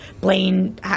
Blaine